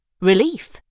Relief